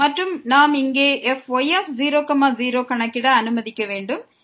மற்றும் நாம் இங்கே fy0 0ஐ கணக்கிடுவோம்